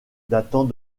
datant